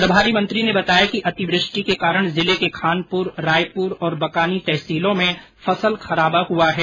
प्रभारी मंत्री ने बताया कि अतिवृष्टि के कारण जिले के खानपुर रायपुर और बकानी तहसीलों में फसल खराबा हुआ है